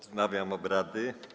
Wznawiam obrady.